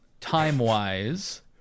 time-wise